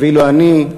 ואילו אני,